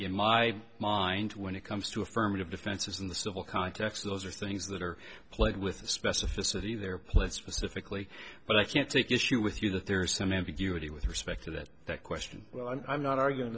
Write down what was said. in my mind when it comes to affirmative defenses in the civil context those are things that are played with the specificity their plate specifically but i can't take issue with you that there are some ambiguity with respect to that question and i'm not arguing